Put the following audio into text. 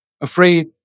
afraid